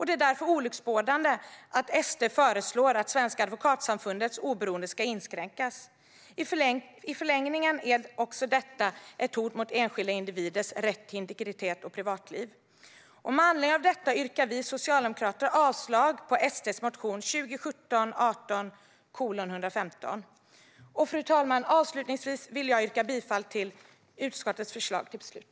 Det är därför olycksbådande att SD föreslår att Svenska advokatsamfundets oberoende ska inskränkas. I förlängningen är också detta ett hot mot enskilda individers rätt till integritet och privatliv. Med anledning av detta yrkar vi socialdemokrater avslag på SD:s motion 2017/18:115. Fru talman! Avslutningsvis vill jag yrka bifall till utskottets förslag till beslut.